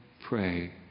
pray